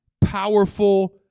powerful